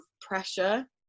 pressure